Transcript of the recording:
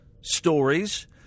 stories